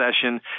session